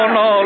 no